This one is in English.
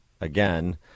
again